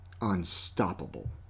unstoppable